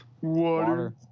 Water